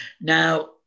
now